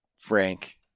Frank